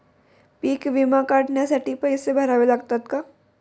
पीक विमा काढण्यासाठी पैसे भरावे लागतात का?